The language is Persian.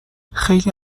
خیلی